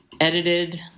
edited